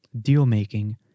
deal-making